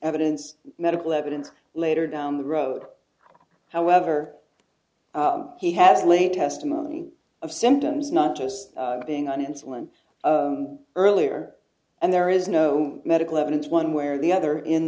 evidence medical evidence later down the road however he has laid testimony of symptoms not just being on insulin earlier and there is no medical evidence one way or the other